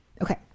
Okay